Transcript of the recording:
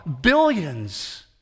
billions